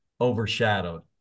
overshadowed